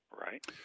Right